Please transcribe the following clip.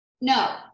no